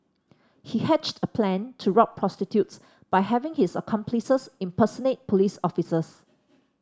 he hatched a plan to rob prostitutes by having his accomplices impersonate police officers